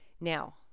Now